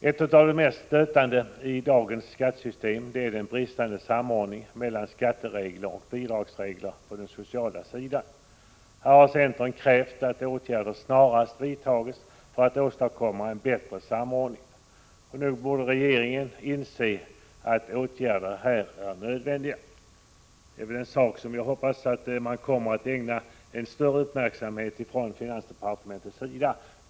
Ett av de mest stötande inslagen i dagens skattesystem är den bristande samordningen mellan skatteregler och bidragsregler på den sociala sidan. Centern har krävt att åtgärder snarast vidtas för att åstadkomma en bättre samordning. Nog borde även regeringen inse att åtgärder är nödvändiga. Detta är en fråga som jag hoppas att man från finansdepartementets sida kommer att ägna större uppmärksamhet.